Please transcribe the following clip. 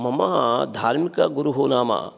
मम धार्मिकगुरुः नाम